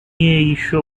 еще